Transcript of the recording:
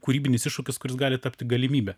kūrybinis iššūkis kuris gali tapti galimybe